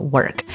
Work